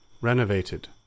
renovated